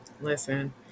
listen